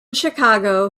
chicago